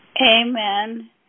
Amen